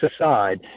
aside